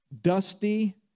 dusty